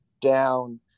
down